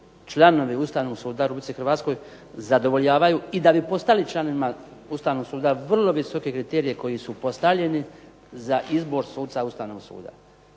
članovi Ustavnog suda u Republici Hrvatskoj zadovoljavaju i da bi postali članovima Ustavnog suda vrlo visoke kriterije koji su postavljeni za izbor suca ustavnog suda.